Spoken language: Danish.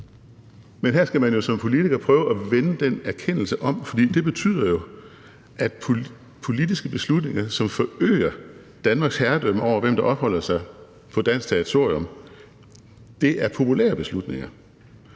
Men her skal man jo som politiker prøve at vende den erkendelse om, for det betyder jo, at politiske beslutninger, som forøger Danmarks herredømme over, hvem der opholder sig på dansk territorium, er populære beslutninger.